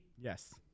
Yes